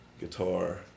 guitar